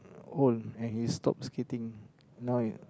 old and he stop skating now he